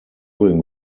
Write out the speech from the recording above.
living